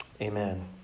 Amen